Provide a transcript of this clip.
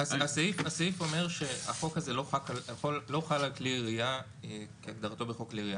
הסעיף אומר שהחוק הזה לא חל על כלי ירייה כהגדרתו בחוק כלי ירייה.